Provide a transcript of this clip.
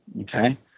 Okay